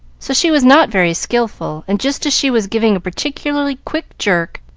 so she was not very skilful and just as she was giving a particularly quick jerk,